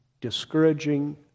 discouraging